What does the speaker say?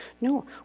No